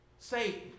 Satan